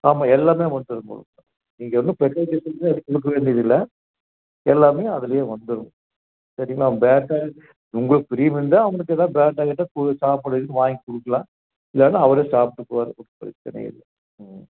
ஆமாம் எல்லாமே வந்துரும் உங்களுக்கு நீங்கள் ஒன்றும் ஸ்பெஷல் பேக்கேஜிலாம் எதுவும் கொடுக்க வேண்டியது இல்லை எல்லாமே அதுல வந்துரும் சரிங்களா பேட்டா உங்களுக்கு பிரியம் இருந்தால் அவங்களுக்கு எதாவது பேட்டா கிட்டா கொடு சாப்பிட்றதுக்கு வாங்கி கொடுக்கலாம் இல்லைன்னா அவரே சாப்பிட்டுக்குவாரு பிரச்சனை இல்லை ம்